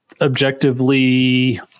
objectively